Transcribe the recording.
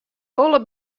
folle